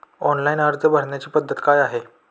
Online अर्ज भरण्याची पद्धत काय आहे?